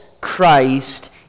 Christ